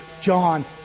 John